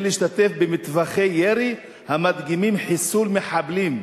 להשתתף במטווחי ירי המדגימים חיסול מחבלים.